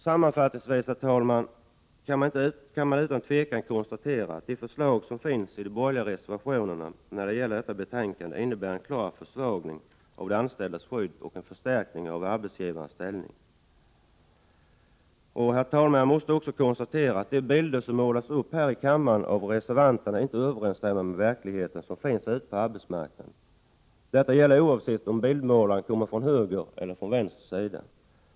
Sammanfattningsvis, herr talman, kan man utan tvekan konstatera att de förslag som finns i de borgerliga reservationerna till detta betänkande innebär en klar försvagning av de anställdas skydd och en förstärkning av arbetsgivarens ställning. Jag måste också konstatera att de bilder som målas upp här i kammaren av reservanterna inte överensstämmer med verkligheten ute på arbetsmarknaden. Detta gäller oavsett om bildmålaren kommer från höger eller vänster sida.